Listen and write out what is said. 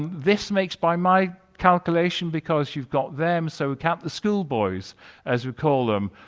this makes by my calculation because you've got them so we capped the schoolboys as we call them.